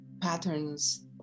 patterns